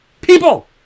People